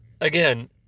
again